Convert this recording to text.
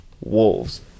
Wolves